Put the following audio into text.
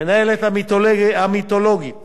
למנהלת המיתולוגית